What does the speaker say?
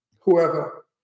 whoever